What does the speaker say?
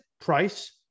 price